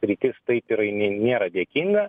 sritis taip yra jinai nėra dėkinga